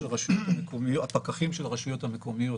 שהפקחים של הרשויות המקומיות